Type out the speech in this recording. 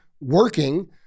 working